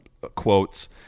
quotes